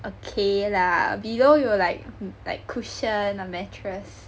okay lah below 有 like like cushion ah mattress